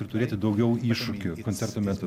ir turėti daugiau iššūkių koncerto metu